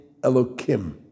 Elokim